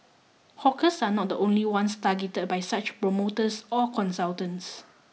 hawkers are not the only ones targeted by such promoters or consultants